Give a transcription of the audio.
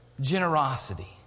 generosity